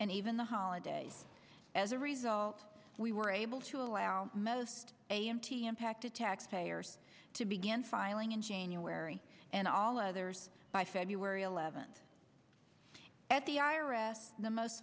and even the holidays as a result we were able to allow most a m t impacted tax payers to begin filing in january and all others by february eleventh at the i r s the most